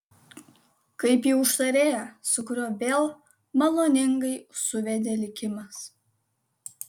kaip į užtarėją su kuriuo vėl maloningai suvedė likimas